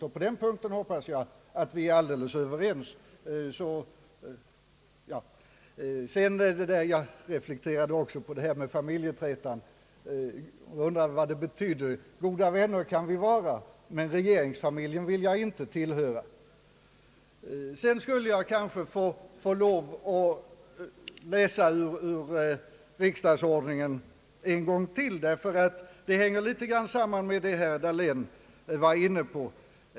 Jag hoppas att vi alla på denna punkt är alldeles överens. Jag reflekterade också över herr Geijers uttalande om familjeträtan och undrade vad det betydde. Goda vänner kan vi vara, men regeringsfamiljen vill jag inte tillhöra. Jag skall vidare be att få läsa ur riksdagsordningen en gång till, ty det hänger litet grand samman med det som herr Dahlén var inne på.